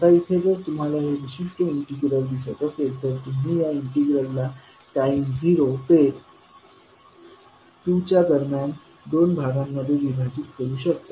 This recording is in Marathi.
आता इथे जर तुम्हाला हे विशिष्ट इंटिग्रल दिसत असेल तर तुम्ही या इंटिग्रलला टाईम झिरो ते 2 च्या दरम्यान दोन भागांमध्ये विभाजित करू शकता